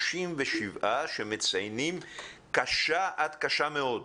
37% שחשים מצוקה קשה עד קשה מאוד.